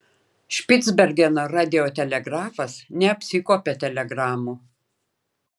špicbergeno radiotelegrafas neapsikuopia telegramų